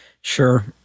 Sure